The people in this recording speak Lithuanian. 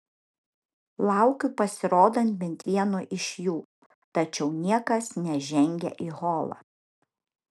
laukiu pasirodant bent vieno iš jų tačiau niekas nežengia į holą